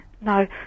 No